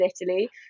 Italy